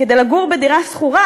כדי לגור בדירה שכורה,